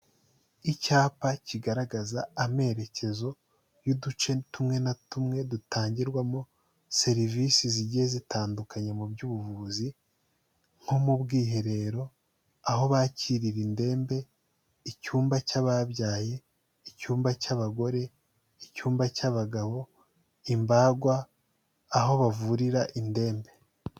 Icyapa kigaragaza amerekezo y'uduce tumwe na tumwe dutangirwamo serivisi zigiye zitandukanye mu by'ubuvuzi nko mu bwiherero, aho bakirira indembe, icyumba cya'ababyaye, icyumba cy'abagore, icyumba cy'abagabo, imbagwa, aho bavurira indembe.